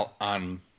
on